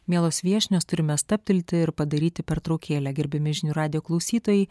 mielos viešnios turime stabtelti ir padaryti pertraukėlę gerbiami žinių radijo klausytojai